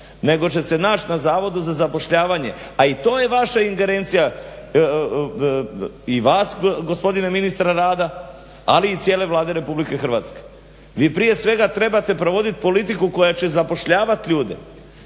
nego će se naći na Zavodu za zapošljavanje, a i to je vaša ingerencija i vas gospodine ministre rada ali i cijele Vlade RH. Vi prije svega trebate provoditi politiku koja će zapošljavati ljude,